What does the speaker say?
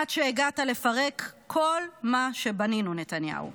עד שהגעת לפרק את כל מה שבנינו, נתניהו.